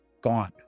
gone